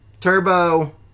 Turbo